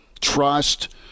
trust